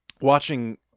watching